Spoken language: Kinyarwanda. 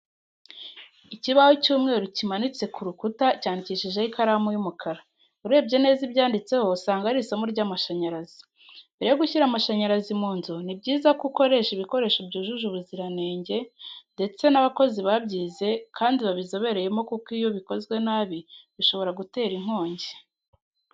Ikibaho cy'umweru kimanitse ku rukuta cyandikishijeho ikaramu y'umukara . Urebye neza ibyanditseho usanga ari isomo ry'amashanyarazi. Mbere yo gushyira amashanyarazi mu nzu, ni byiza ko gukoresha ibikoresho byujuje ubuziranenge ndetse n'abakozi babyize kandi babizobereyemo kuko iyo bikozwe nabi bishobora gutera inkongi.